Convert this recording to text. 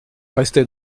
rester